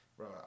Bro